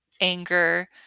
anger